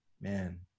man